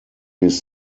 his